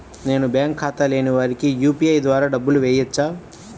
నేను బ్యాంక్ ఖాతా లేని వారికి యూ.పీ.ఐ ద్వారా డబ్బులు వేయచ్చా?